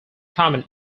common